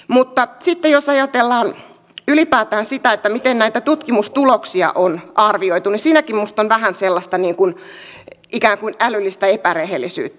mutta sitten jos ajatellaan ylipäätään sitä miten näitä tutkimustuloksia on arvioitu niin siinäkin minusta on vähän sellaista ikään kuin älyllistä epärehellisyyttä